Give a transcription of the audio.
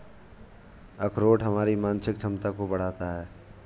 अखरोट हमारी मानसिक क्षमता को बढ़ाता है